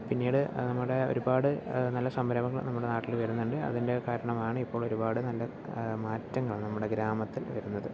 പിന്നീട് നമ്മുടെ ഒരുപാട് നല്ല സംരംഭങ്ങൾ നമ്മുടെ നാട്ടില് വരുന്നുണ്ട് അതിൻ്റെ കാരണമാണ് ഇപ്പോൾ ഒരുപാട് നല്ല മാറ്റങ്ങൾ നമ്മുടെ ഗ്രാമത്തിൽ വരുന്നത്